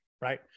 right